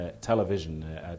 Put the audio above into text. television